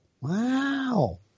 Wow